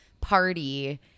party